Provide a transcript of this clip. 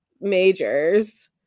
majors